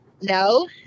No